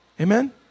Amen